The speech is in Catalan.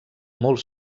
molt